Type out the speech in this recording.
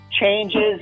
changes